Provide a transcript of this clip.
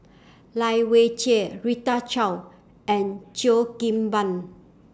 Lai Weijie Rita Chao and Cheo Kim Ban